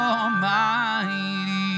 Almighty